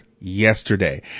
yesterday